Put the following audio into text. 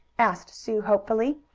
asked sue, hopefully,